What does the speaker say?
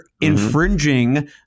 infringing